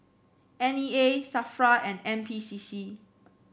N E A Safra and N P C C